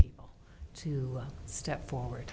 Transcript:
people to step forward